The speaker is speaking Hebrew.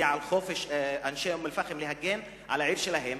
על החופש של אנשי אום-אל-פחם להגן על העיר שלהם,